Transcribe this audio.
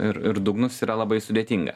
ir ir dugnus yra labai sudėtinga